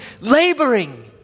laboring